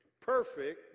perfect